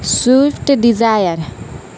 swift Dzire